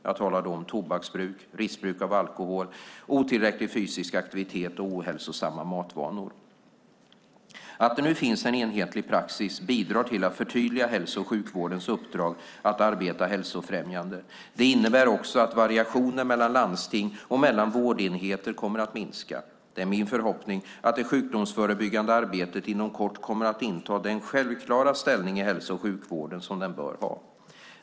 Jag talar då om tobaksbruk, riskbruk av alkohol, otillräcklig fysisk aktivitet och ohälsosamma matvanor. Att det nu finns en enhetlig praxis bidrar till att förtydliga hälso och sjukvårdens uppdrag att arbeta hälsofrämjande. Det innebär också att variationen mellan landsting och mellan vårdenheter kommer att minska. Det är min förhoppning att det sjukdomsförebyggande arbetet inom kort kommer att inta den självklara ställning i hälso och sjukvården som det bör ha.